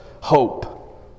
hope